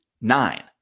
nine